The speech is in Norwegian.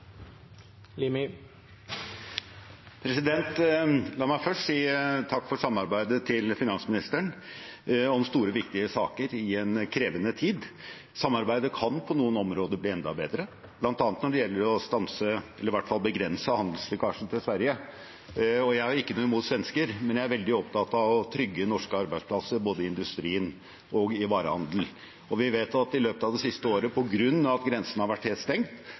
La meg først si takk for samarbeidet til finansministeren, om store og viktige saker i en krevende tid. Samarbeidet kan på noen områder bli enda bedre, bl.a. når det gjelder å stanse eller i hvert fall å begrense handelslekkasjen til Sverige. Jeg har ikke noe imot svensker, men jeg er veldig opptatt av å trygge norske arbeidsplasser både i industrien og i varehandelen. Vi vet at i løpet av det siste året, på grunn av at grensen har vært